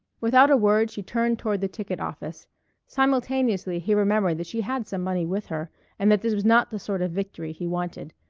without a word she turned toward the ticket office simultaneously he remembered that she had some money with her and that this was not the sort of victory he wanted,